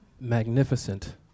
Magnificent